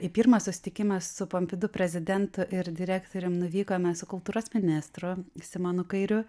į pirmą susitikimą su pompidu prezidentu ir direktorium nuvykome su kultūros ministru simonu kairiu